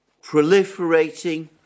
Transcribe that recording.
proliferating